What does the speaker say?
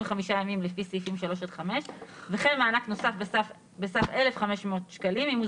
ימים לפי סעיפים 3 עד 5 וכן מענק נוסף בסך 1500 ₪ אם הוא